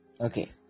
okay